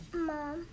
Mom